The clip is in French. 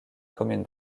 commune